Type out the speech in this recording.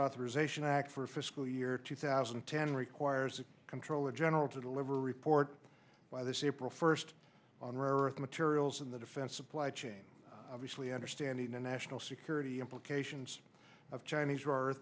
authorization act for fiscal year two thousand and ten requires a control of general to deliver a report by this april first on rare earth materials in the defense supply chain obviously understanding the national security implications of chinese our